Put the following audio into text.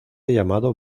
llamado